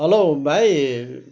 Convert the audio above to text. hello भाइ